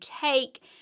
take